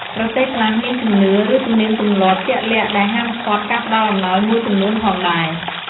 ប្រទេសខ្លះមានជំនឿ ឬទំនៀមទម្លាប់ជាក់លាក់ដែលហាមឃាត់ការផ្តល់អំណោយមួយចំនួនផងដែរ។